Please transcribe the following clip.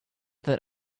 that